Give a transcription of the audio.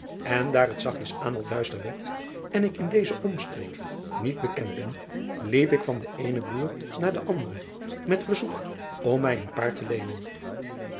en daar het zachtjes aan al duister werd en ik in deze omstreek niet bekend ben liep ik van den eenen boer naar den anderen met verzoek om mij een paard te leenen